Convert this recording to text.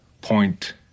Point